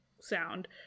sound